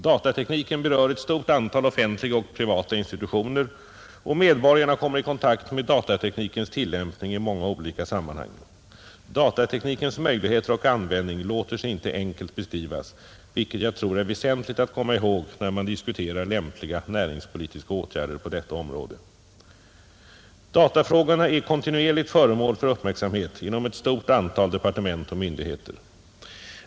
Datatekniken berör ett stort antal offentliga och privata institutioner, och medborgarna kommer i kontakt med datateknikens tillämpning i många olika sammanhang. Datateknikens möjligheter och användning låter sig icke enkelt beskrivas, vilket jag tror är väsentligt att komma ihåg när man diskuterar lämpliga näringspolitiska åtgärder på detta område. Datafrågorna är kontinuerligt föremål för uppmärksamhet inom ett stort antal departement och myndigheter.